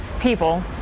people